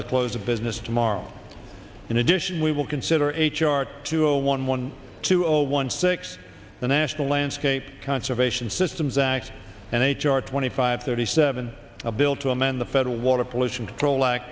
the close of business tomorrow in addition we will consider a chart to a one one two zero one six the national landscape conservation systems act and h r twenty five thirty seven a bill to amend the federal water pollution control